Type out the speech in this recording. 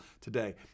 today